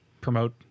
promote